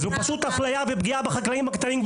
זו פשוט אפליה ופגיעה בחקלאים הקטנים.